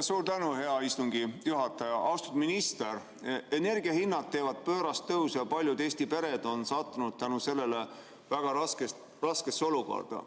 Suur tänu, hea istungi juhataja! Austatud minister! Energiahinnad teevad pöörast tõusu ja paljud Eesti pered on sattunud selle tõttu väga raskesse olukorda.